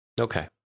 Okay